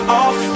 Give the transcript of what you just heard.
off